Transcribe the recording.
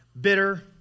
bitter